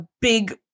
big